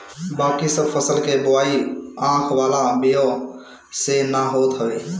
बाकी सब फसल के बोआई आँख वाला बिया से ना होत हवे